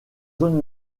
zones